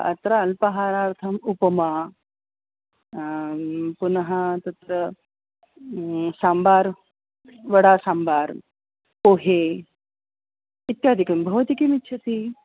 अत्र अल्पहारार्थम् उपमा पुनः तत्र साम्बार् वडा साम्बार् पोहे इत्यादिकं भवति किम् इच्छसि